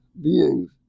beings